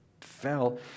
fell